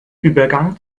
übergang